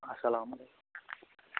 اَلسَلامُ